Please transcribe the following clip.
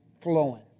flowing